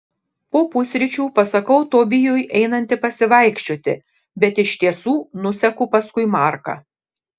po pusryčių pasakau tobijui einanti pasivaikščioti bet iš tiesų nuseku paskui marką